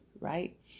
right